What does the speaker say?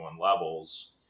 levels